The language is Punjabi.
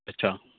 ਅੱਛਾ